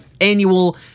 annual